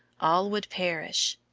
all would perish.